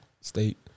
state